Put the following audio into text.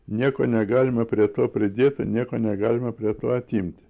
nieko negalime prie to pridėta nieko negalime prie to atimt